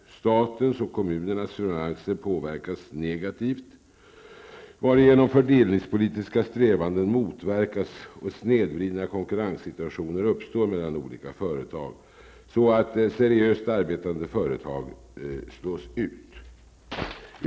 Statens och kommunernas finanser påverkas negativt, varigenom fördelningspolitiska strävanden motverkas och snedvridna konkurrenssituationer uppstår mellan olika företag. Seriöst arbetande företag slås ut.